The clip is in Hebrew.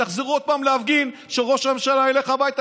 תחזרו עוד להפגין שראש הממשלה ילך הביתה,